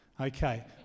okay